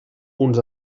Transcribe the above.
uns